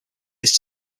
his